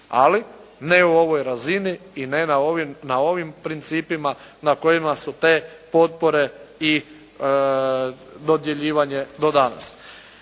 ali ne u ovoj razini i ne na ovim principima na kojima su te potpore i dodjeljivane do danas.